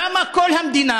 קמה כל המדינה